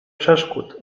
przeszkód